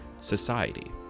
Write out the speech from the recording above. society